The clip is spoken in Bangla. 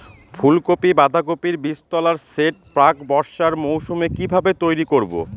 ফুলকপি বাধাকপির বীজতলার সেট প্রাক বর্ষার মৌসুমে কিভাবে তৈরি করব?